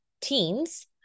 teens